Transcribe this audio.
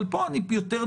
וזה מתבצע, אני מניח,